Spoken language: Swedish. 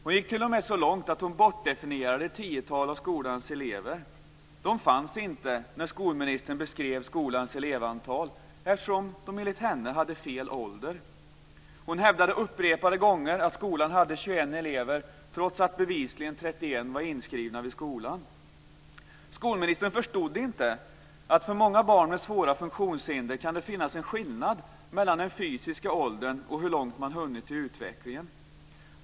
Hon gick t.o.m. så långt att hon bortdefinierade ett tiotal av skolans elever. De fanns inte när skolministern beskrev skolans elevantal, eftersom de enligt henne hade fel ålder. Hon hävdade upprepade gånger att skolan hade 21 elever, trots att bevisligen 31 var inskrivna vid skolan. Skolministern förstod inte att det för många barn med svåra funktionshinder kan finnas en skillnad mellan den fysiska åldern och hur långt man hunnit i utvecklingen.